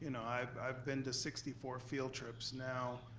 you know i've i've been to sixty four field trips now,